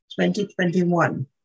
2021